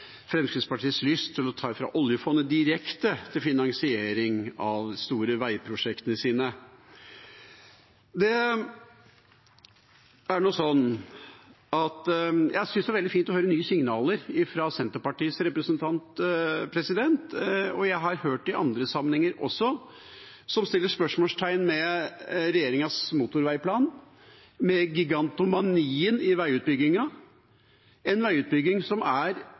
Fremskrittspartiets lyst til å ta direkte fra oljefondet til finansiering av de store veiprosjektene sine. Jeg synes det er veldig fint å høre nye signaler fra Senterpartiets representant – og jeg har hørt det i andre sammenhenger også – som setter spørsmålstegn ved regjeringas motorveiplan, ved gigantomanien i veiutbygginga, en veiutbygging som er